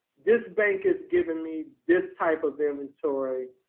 this bank is giving me this type of inventory,